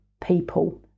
people